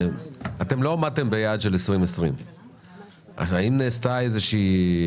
אתם לא עמדתם ביעד של 2020. האם נעשתה הפקת